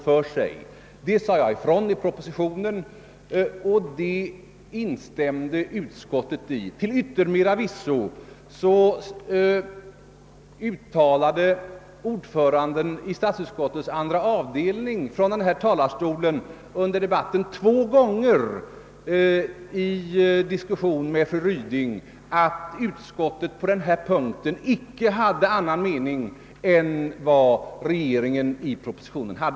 Jag fastslog detta klart i propositionen och i detta uttalande instämde också utskottet. Till yttermera visso uttalade ordföranden i statsutskottets andra avdelning från denna talarstol under debatten två gånger i en dis kussion med fru Ryding, att utskottet på denna punkt icke hade annan mening än vad regeringen i propositionen angivit.